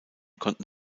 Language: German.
konnten